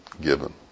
given